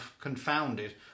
confounded